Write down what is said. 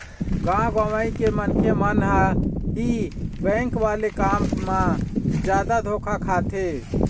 गाँव गंवई के मनखे मन ह ही बेंक वाले काम म जादा धोखा खाथे